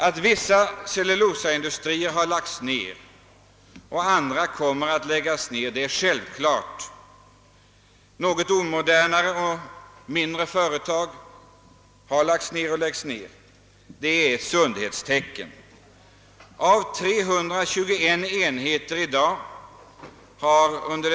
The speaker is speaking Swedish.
Att en del cellulosaindustrier lagts ner och att andra kommer att läggas ner är en riktig utveckling. Att något omoderna företag och mindre företag har lagts ner är ett sundhetstecken. Vi har i dag cirka 300 enheter inom denna industri.